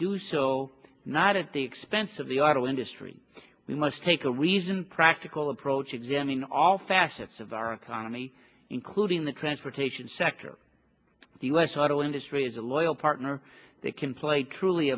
do so not at the expense of the auto industry we must take a reason practical approach examine all facets of our economy including the transportation sector the u s auto industry is a loyal partner they can play truly